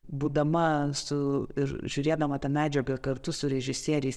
būdama su ir žiūrėdama tą medžiagą kartu su režisieriais